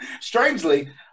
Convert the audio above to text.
Strangely